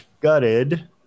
Gutted